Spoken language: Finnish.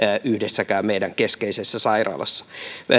yhdessäkään meidän keskeisessä sairaalassamme